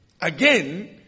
Again